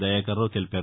దయాకరరావు తెలిపారు